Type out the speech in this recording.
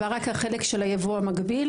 רק החלק של הייבוא המגביל,